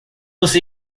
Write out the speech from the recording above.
você